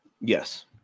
Yes